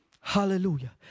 Hallelujah